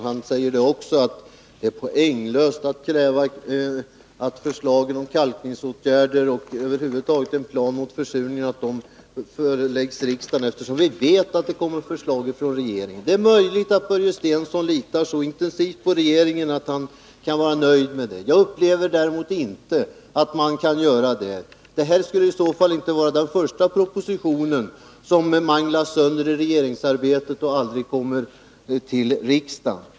Han säger också att det är poänglöst att kräva att förslag om kalkningsåtgärder och över huvud taget en plan mot försurning skall föreläggas riksdagen, eftersom vi vet att det kommer förslag från regeringen. Det är möjligt att Börje Stensson litar så intensivt på regeringen att han kan vara nöjd med detta. Jag upplever däremot inte saken så att man kan vara nöjd. Det här skulle då inte vara den första proposition som manglas sönder i regeringsarbetet och aldrig kommer till riksdagen.